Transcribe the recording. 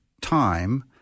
time